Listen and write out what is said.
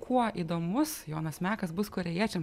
kuo įdomus jonas mekas bus korėjiečiam